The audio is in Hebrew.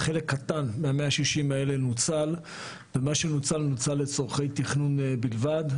חלק קטן מה-160 האלה נוצל ומה שנוצל נוצל לצורכי תכנון בלבד,